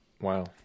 Wow